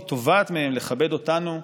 היא תובעת מהם לכבד אותנו,